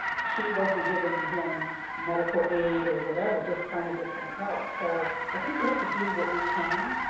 she wasn't giving him medical aid or whatever, just trying to get some help. so i think we have to do what we can.